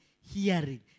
hearing